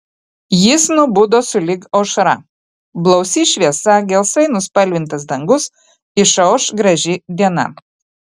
jis nubudo sulig aušra blausi šviesa gelsvai nuspalvintas dangus išauš graži diena